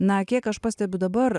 na kiek aš pastebiu dabar